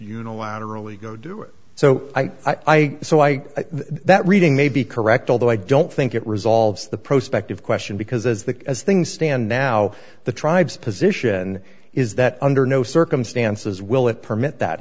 unilaterally go do it so i so i that reading may be correct although i don't think it resolves the prospect of question because as the as things stand now the tribes position is that under no circumstances will it permit that